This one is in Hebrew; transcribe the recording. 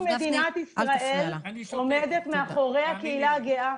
רוב מדינת ישראל תומכת בקהילה הגאה.